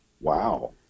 wow